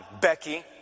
Becky